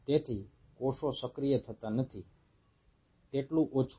તેથી કોષો સક્રિય થતા નથી તેટલું ઓછું